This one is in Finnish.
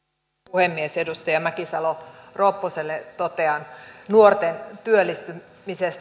puhemies edustaja mäkisalo ropposelle totean nuorten työllistymisestä